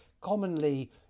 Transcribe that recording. commonly